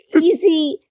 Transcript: easy